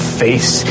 face